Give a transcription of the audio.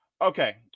Okay